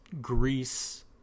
Greece